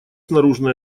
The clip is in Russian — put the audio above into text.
наружная